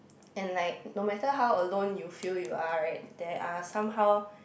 and like no matter how alone you feel you are right there are somehow